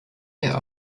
der